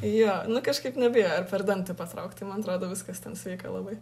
jo nu kažkaip nebijo per dantį patraukt tai man atrodo viskas ten sveika labai